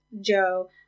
Joe